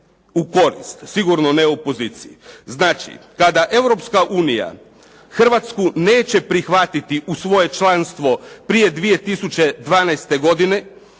u korist. Sigurno ne opoziciji. Znači, kada Europska unija Hrvatsku ne će prihvatiti u svoje članstvo prije 2012. godine,